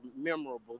memorable